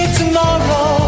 tomorrow